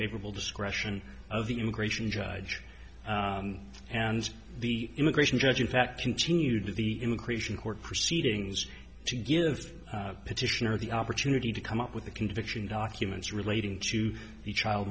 favorable discretion of the immigration judge and the immigration judge in fact continued to the immigration court proceedings to give petitioner the opportunity to come up with the conviction documents relating to the child